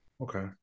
Okay